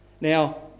Now